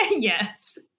Yes